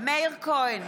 מאיר כהן,